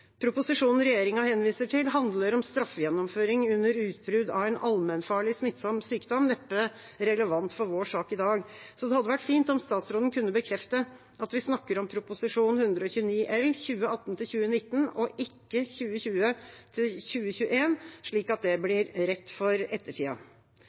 Proposisjonen regjeringa henviser til, handler om straffegjennomføring under utbrudd av en allmennfarlig smittsom sykdom, neppe relevant for vår sak i dag. Det hadde vært fint om statsråden kunne bekrefte at vi snakker om Prop. 129 L for 2018–2019, ikke 2020–2021, slik at det blir rett for ettertida. Forslaget til